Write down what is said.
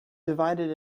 divided